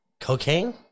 Cocaine